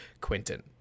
Quinton